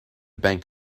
bank